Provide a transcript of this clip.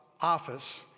office